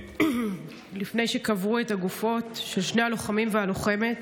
לפני שקברו את הגופות של שני הלוחמים והלוחמת,